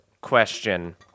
question